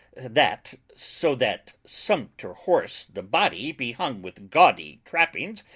that, so that sumpter-horse the body be hung with gaudy trappings,